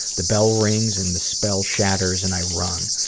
the bell rings and the spell shatters and i run.